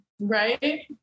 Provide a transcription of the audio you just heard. Right